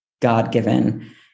God-given